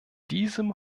diesem